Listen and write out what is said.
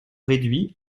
réduit